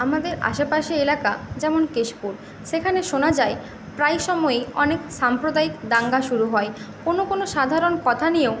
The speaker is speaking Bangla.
আমাদের আশেপাশে এলাকা যেমন কেশপুর সেখানে শোনা যায় প্রায় সময়েই অনেক সাম্প্রদায়িক দাঙ্গা শুরু হয় কোনো কোনো সাধারণ কথা নিয়েও